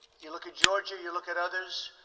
you look at georgia, you look at others.